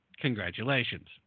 Congratulations